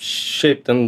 šiaip ten